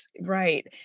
Right